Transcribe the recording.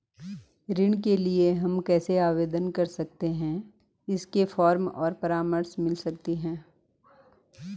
ऋण के लिए हम कैसे आवेदन कर सकते हैं इसके फॉर्म और परामर्श मिल सकती है?